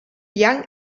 young